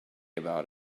about